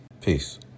Peace